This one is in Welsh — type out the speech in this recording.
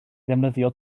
ddefnyddio